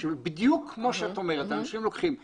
ובדיוק כמו שאתה אומרת אנשים שוכרים אותן